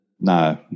No